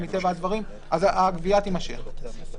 הגבייה תימשך.